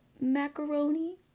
Macaroni